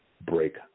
break